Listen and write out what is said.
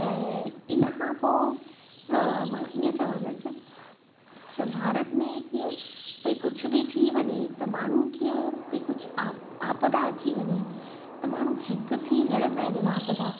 ऐं इन खां पोइ मां ईअं चवंदसि त भारत में कीअं भई कुझु बि थी वञे त माण्हू कीअं भई कुझु आ आपदा अची वञे त माण्हू हिकु थी लड़ंदा आहिनि उन आपदा खां